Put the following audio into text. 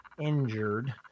injured